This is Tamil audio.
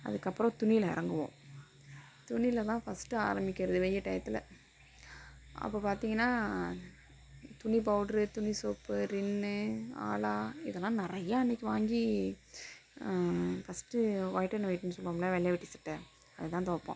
அதுக்கப்புறம் துணியில் இறங்குவோம் துணியில் தான் ஃபஸ்ட்டு ஆரம்பிக்கிறது வெயில் டையத்தில் அப்போ பார்த்திங்கன்னா துணி பவுட்ரு துணி சோப்பு ரின்னு ஆலா இதெல்லாம் நிறையா அன்னைக்கு வாங்கி ஃபஸ்ட்டு ஒயிட் அண்ட் ஒயிட்ன்னு சொல்லுவோம்ல வெள்ளை வேட்டி சட்டை அது தான் துவப்போம்